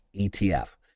ETF